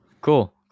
Cool